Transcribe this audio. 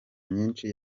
myinshi